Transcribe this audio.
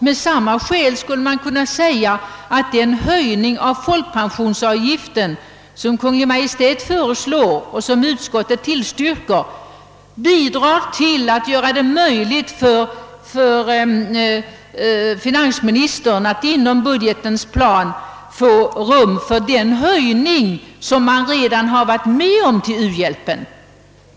Vidare, om man påstår att motionärernas förslag om höjd avgift finansierar u-hjälpshöjningen, skulle man med samma skäl kunna säga att den höjning av folkpensionsavgiften, som Kungl. Maj:t föreslår och som utskottet tillstyrker, finansierar den höjning av u-hjälpen som finansministern föreslagit.